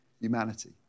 humanity